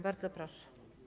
Bardzo proszę.